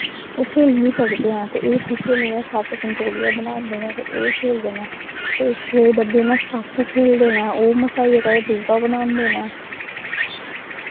ओह् खेली नी सकदे ऐं ते एह् ठिकरियां लेइयै सत्त संतोलियां बनांदे न ते ओह् खेलदे न ते छे डब्बियें आह्ला स्टापू खेलदे न ओह् मसाइयै कदें दूआ बनांदे न